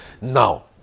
Now